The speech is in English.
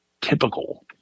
typical